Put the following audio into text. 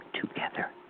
together